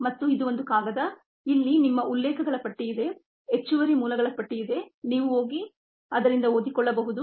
ಮತ್ತು ಇದು ಒಂದು ಕಾಗದ ಇಲ್ಲಿ ನಿಮ್ಮ ಉಲ್ಲೇಖಗಳ ಪಟ್ಟಿ ಇದೆ ಹೆಚ್ಚುವರಿ ಮೂಲಗಳ ಪಟ್ಟಿ ಇದೆ ನೀವು ಹೋಗಿ ಅದರಿಂದ ಓದಿಕೊಳ್ಳಬಹುದು